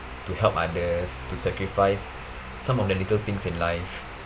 to help others to sacrifice some of the little things in life